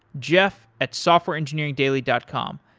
jeff at softwareengineeringdaily dot com.